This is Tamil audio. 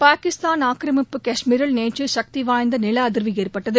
பாகிஸ்தான் ஆக்கரமிப்பு காஷ்மீரில் நேற்று சக்திவாய்ந்த நிலநடுக்கம் ஏற்பட்டது